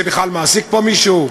זה בכלל מעסיק פה מישהו?